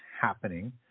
happening